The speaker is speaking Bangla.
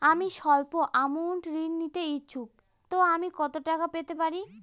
আমি সল্প আমৌন্ট ঋণ নিতে ইচ্ছুক তো আমি কত টাকা পেতে পারি?